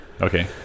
Okay